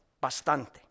bastante